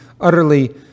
utterly